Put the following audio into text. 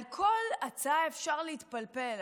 על כל הצעה אפשר להתפלפל,